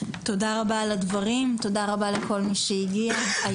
תודה רבה על הדברים ותודה רבה לכל מי שהגיע לדיון.